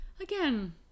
again